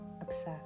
obsessed